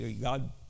God